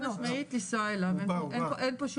חד משמעית לנסוע אליו, אין פה שום שאלה.